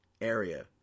area